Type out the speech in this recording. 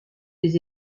des